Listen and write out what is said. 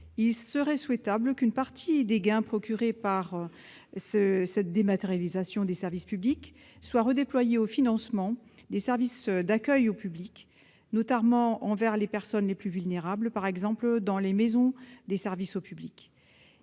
Il serait souhaitable qu'une partie des gains réalisés grâce à cette dématérialisation des services publics soit consacrée au financement des services d'accueil du public, aux personnes les plus vulnérables notamment, par exemple dans les maisons de services au public.